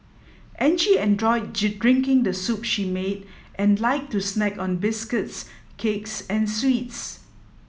Angie enjoyed drinking the soup she made and liked to snack on biscuits cakes and sweets